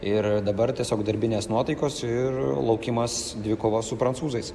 ir dabar tiesiog darbinės nuotaikos ir laukimas dvikovos su prancūzais